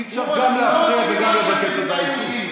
אי-אפשר גם להפריע וגם לבקש הודעה אישית.